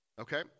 okay